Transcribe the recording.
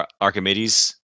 Archimedes